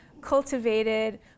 cultivated